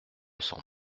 cent